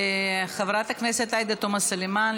חברת הכנסת עאידה תומא סלימאן,